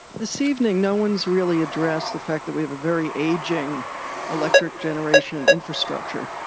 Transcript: this evening, no one's really addressed the fact that we have a very aging electric generation infrastructure.